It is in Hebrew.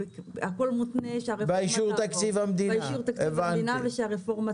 הכול מותנה באישור תקציב המדינה ושהרפורמה תתקבל.